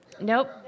Nope